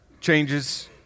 changes